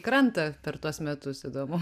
krantą per tuos metus įdomu